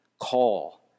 call